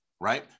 right